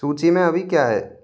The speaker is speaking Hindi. सूची में अभी क्या है